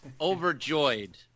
overjoyed